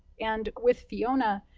and with fiona,